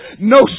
No